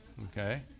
okay